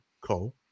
Cole